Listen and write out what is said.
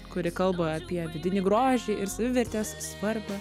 kuri kalba apie vidinį grožį ir savivertės svarbą